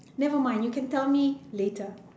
never mind you can tell me later